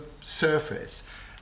surface